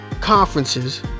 conferences